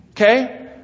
Okay